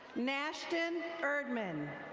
nashton erdman.